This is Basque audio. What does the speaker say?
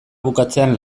bukatzean